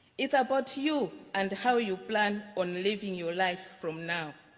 it's about you you and how you plan on living your life from now.